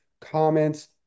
comments